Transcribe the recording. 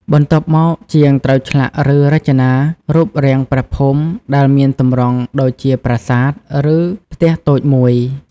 បន្ទាប់មក ជាងត្រូវឆ្លាក់ឬរចនារូបរាងព្រះភូមិដែលមានទម្រង់ដូចជា ប្រាសាទ ឬផ្ទះតូចមួយ។